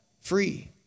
free